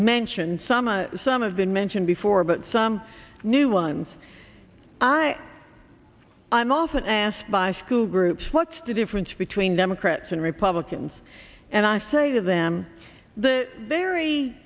mentioned some of some of been mentioned before but some new ones i i'm often asked by school groups what's the difference between democrats and republicans and i say to them